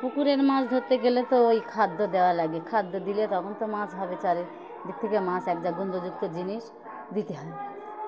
পুকুরের মাছ ধরতে গেলে তো ওই খাদ্য দেওয়া লাগে খাদ্য দিলে তখন তো মাছ হবে চারিদিক থেকে মাছ এক গন্ধযুক্ত জিনিস দিতে হয়